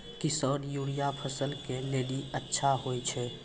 किसान यूरिया फसल के लेली अच्छा होय छै?